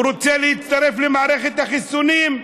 הוא רוצה להצטרף למערכת החיסונים,